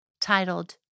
titled